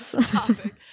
topic